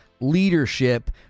leadership